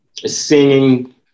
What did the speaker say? singing